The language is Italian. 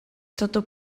stato